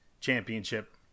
championship